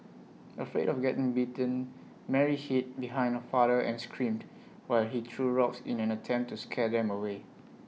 afraid of getting bitten Mary hid behind her father and screamed while he threw rocks in an attempt to scare them away